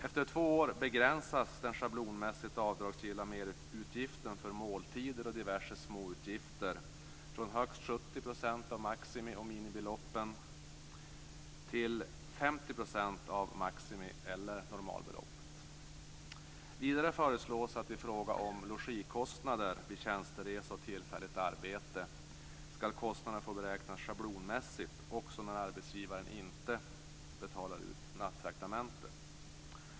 Efter två år begränsas den schablonmässigt avdragsgilla merutgiften för måltider och diverse småutgifter från högst 70 % av maximi eller normalbeloppet till 50 % av maximi eller normalbeloppet. Vidare föreslås att i fråga om logikostnader vid tjänsteresa och tillfälligt arbete skall kostnaderna få beräknas schablonmässigt också när arbetsgivaren inte betalar ut nattraktamente.